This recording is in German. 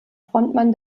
frontmann